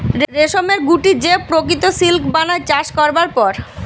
রেশমের গুটি যে প্রকৃত সিল্ক বানায় চাষ করবার পর